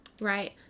Right